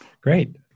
Great